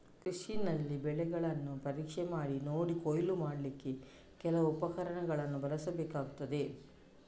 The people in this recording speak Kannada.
ಕೃಷಿನಲ್ಲಿ ಬೆಳೆಗಳನ್ನ ಪರೀಕ್ಷೆ ಮಾಡಿ ನೋಡಿ ಕೊಯ್ಲು ಮಾಡ್ಲಿಕ್ಕೆ ಕೆಲವು ಉಪಕರಣಗಳನ್ನ ಬಳಸ್ಬೇಕಾಗ್ತದೆ